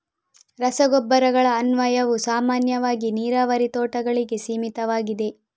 ರಸಗೊಬ್ಬರಗಳ ಅನ್ವಯವು ಸಾಮಾನ್ಯವಾಗಿ ನೀರಾವರಿ ತೋಟಗಳಿಗೆ ಸೀಮಿತವಾಗಿದೆ